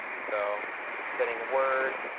so setting word.